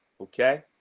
okay